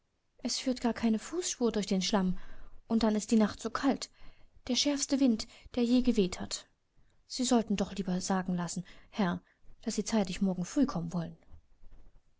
es führt gar keine fußspur durch den schlamm und dann ist die nacht so kalt der schärfste wind der je geweht hat sie sollten doch lieber sagen lassen herr daß sie zeitig morgen früh kommen wollen